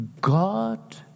God